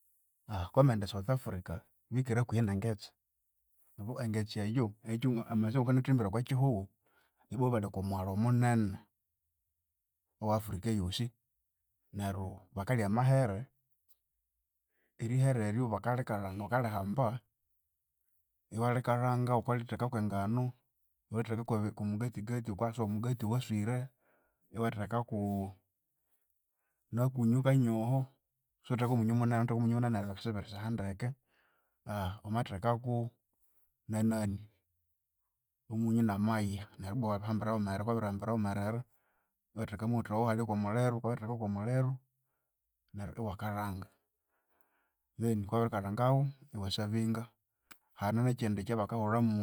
Wukabya wamaghenda e South Africa, bikere hakuhi nengetse. Obu engetse eyu eyithu amaghetse ngokwanathimbire okwakyihughu, ibo bali okwamwalhu omunene owe Africa eyosi. Neryu bakalya amahere, erihere eryu bakarilikara bakarihamba ibarikalhanga wukaritheka kwenganu, ibaritheka kwomugati gati bakathekaku omugati waswire, iwathekaku nakunyu kanyoho siwulitheka kwamunyu munene wamatheka kwomunyu munene sibilisiha ndeke. wamathekaku nenani omunyu namaya neryu ibwa iwabihambira hawumerere, wukabya wabirihambira haghumerere iwathekakuamawutha neryu iwatheka okwamuliru neryu wukabya wukabya wabiritheka okwamuliro neryu iwakalhanga. Then wukabya wabirikalhangawu iwaservinga. Hanemu ekyindi ekyabakahulhamu